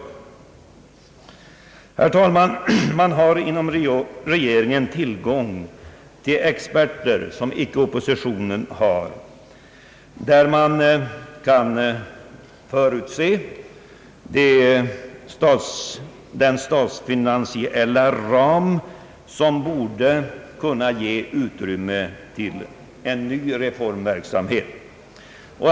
Herr talman! Man har inom regeringen tillgång till experter på ett sätt som inte oppositionen har, och man kan förutse den statsfinansiella ram som borde kunna ge utrymme för en ny reformverksamhet.